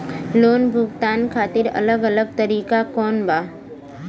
Loan भुगतान खातिर अलग अलग तरीका कौन बा?